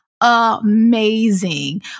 amazing